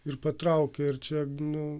ir patraukia ir čia g nu